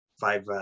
five